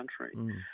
country